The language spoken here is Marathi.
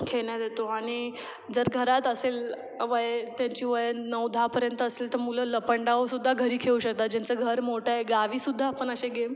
खेळण्यात येतो आणि जर घरात असेल वय त्यांची वयं नऊ दहापर्यंत असेल तर मुलं लपंडावसुद्धा घरी खेळू शकतात ज्यांचं घर मोठं आहे गावीसुद्धा आपण असे गेम